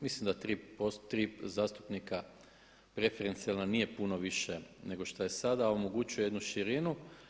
Mislim da 3 zastupnika preferencijalna nije puno više nego što je sada, a omogućuje jednu širinu.